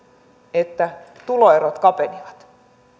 että tuloerot kapenivat